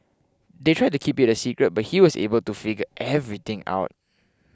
they tried to keep it a secret but he was able to figure everything out